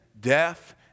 death